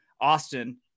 Austin